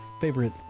favorite